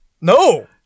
No